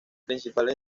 principales